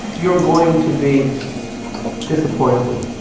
you're going to be disappointed.